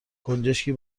گنجشکی